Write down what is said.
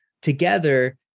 together